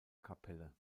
kapelle